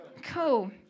Cool